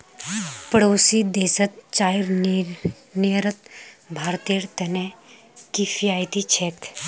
पड़ोसी देशत चाईर निर्यात भारतेर त न किफायती छेक